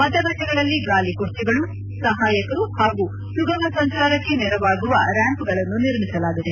ಮತಗಟ್ಟೆಗಳಲ್ಲಿ ಗಾಲಿಕುರ್ಚಿಗಳು ಸಹಾಯಕರು ಹಾಗೂ ಸುಗಮ ಸಂಚಾರಕ್ಕೆ ನೆರವಾಗುವ ರ್ದಾಂಪ್ಗಳನ್ನು ನಿರ್ಮಿಸಲಾಗಿದೆ